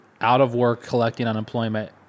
out-of-work-collecting-unemployment